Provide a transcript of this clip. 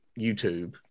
YouTube